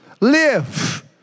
live